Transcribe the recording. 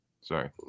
Sorry